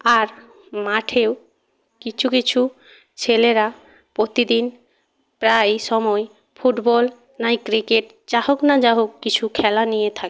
আর মাঠেও কিছু কিছু ছেলেরা প্রতিদিন প্রায় সময় ফুটবল নয় ক্রিকেট যা হোক না যা হোক কিছু খেলা নিয়ে থাকে